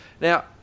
now